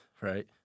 right